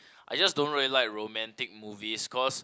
I just don't really like romantic movies cause